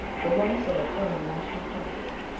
the loss of a firm national character,